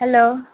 hello